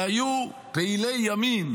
שהיו פעילי ימין